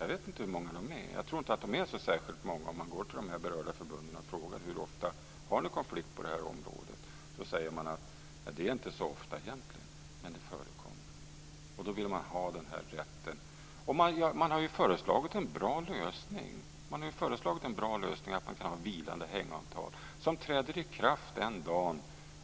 Jag vet inte hur många de är, men jag tror inte att de är särskilt många. Om man går till de berörda förbunden och frågar hur ofta de har konflikt på detta område säger de: Det är inte så ofta egentligen, men det förekommer. Och då vill man ha den här rätten. Man har föreslagit en bra lösning med vilande hängavtal som